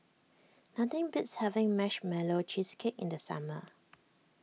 nothing beats having Marshmallow Cheesecake in the summer